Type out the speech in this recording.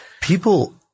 People